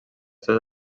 seves